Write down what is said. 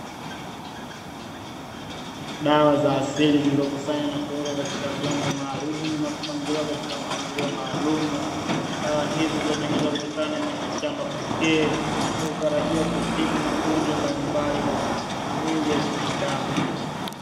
Dawa za asili zilizokusanywa na kuwekwa katika vyombo maalumu na kupangiliwa katika mpangilio maalumu. Dawa hizi zilizotengenezwa kutokana na miti shamba pekee, zinazotarajiwa kutibu magonjwa mbalimbali katika miili ya binadamu.